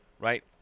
right